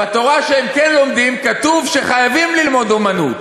בתורה שהם כן לומדים כתוב שחייבים ללמוד אומנות.